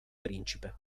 principe